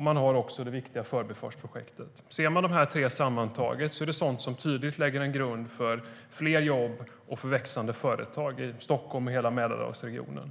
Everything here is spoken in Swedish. Man har också det viktiga förbifartsprojektet. Man kan se de här tre projekten sammantagna. Det är sådant som tydligt lägger en grund för fler jobb och för växande företag i Stockholm och hela Mälardalsregionen.